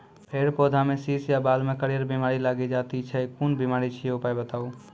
फेर पौधामें शीश या बाल मे करियर बिमारी लागि जाति छै कून बिमारी छियै, उपाय बताऊ?